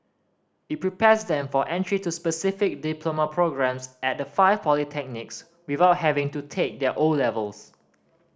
it prepares them for entry to specific diploma programmes at the five polytechnics without having to take their O levels